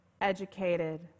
educated